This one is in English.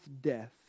death